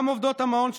גם עובדות המעון,